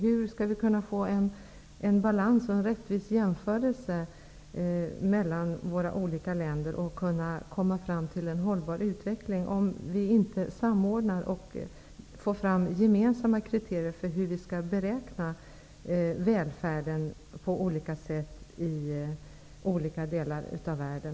Hur skall man uppnå balans och en rättvis jämförelse mellan olika länder och hur skall man kunna komma fram till en hållbar utveckling, om man inte samordnar för att få fram gemensamma kriterier för hur välfärden skall beräknas i olika delar av världen?